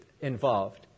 involved